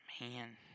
Man